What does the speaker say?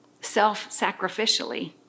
self-sacrificially